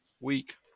Week